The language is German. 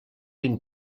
den